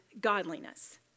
godliness